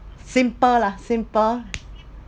simple lah simple